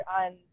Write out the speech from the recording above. on